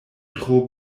tro